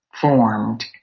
formed